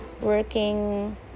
working